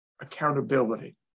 accountability